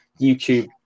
YouTube